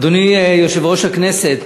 אדוני יושב-ראש הכנסת,